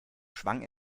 schwang